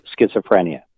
schizophrenia